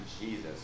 Jesus